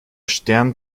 stern